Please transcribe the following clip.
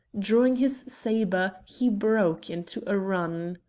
drawing his sabre, he broke into a run.